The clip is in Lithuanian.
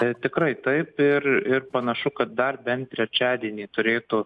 tai tikrai taip ir ir panašu kad dar bent trečiadienį turėtų